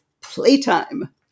playtime